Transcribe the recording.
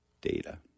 data